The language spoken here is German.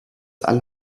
alle